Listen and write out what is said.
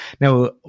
now